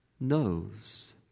knows